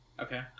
Okay